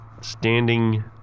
standing